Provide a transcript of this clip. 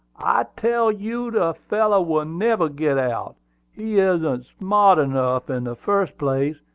i tell you the fellow will never get out he isn't smart enough in the first place,